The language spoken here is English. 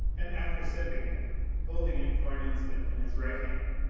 and after sipping it holding it for an instant in his right hand,